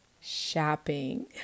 shopping